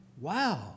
Wow